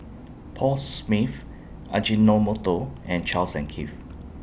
Paul Smith Ajinomoto and Charles and Keith